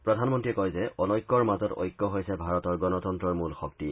প্ৰধানমন্তীয়ে কয় যে অনৈক্যৰ মাজত ঐক্য হৈছে ভাৰতৰ গণতন্তৰ মূল শক্তি